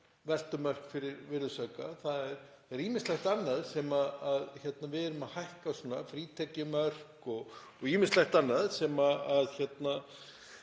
veltumörk fyrir virðisauka. Það er ýmislegt annað sem við erum að hækka, frítekjumörk og ýmislegt annað.